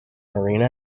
marina